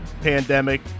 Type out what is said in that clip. pandemic